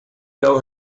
know